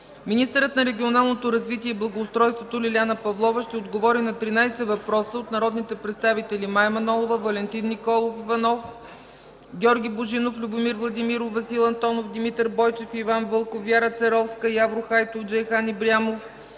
Министърът на регионалното развитие и благоустройството Лиляна Павлова ще отговори на 13 въпроса от народните представители Мая Манолова, Валентин Николов Иванов, Георги Божинов, Любомир Владимиров, Васил Антонов, Димитър Бойчев и Иван Вълков, Вяра Церовска, Явор Хайтов, Джейхан Ибрямов,